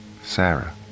Sarah